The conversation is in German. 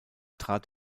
trat